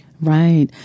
Right